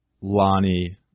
Lonnie